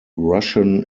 russian